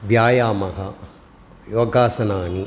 व्यायामः योगासनानि